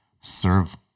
serve